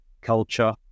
culture